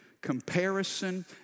comparison